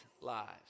lives